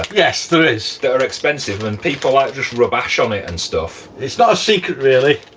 yes there is. that are expensive and people like rub ash on it and stuff. it's not a secret really.